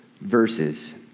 verses